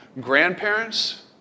Grandparents